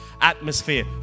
atmosphere